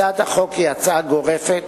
הצעת החוק היא הצעה גורפת.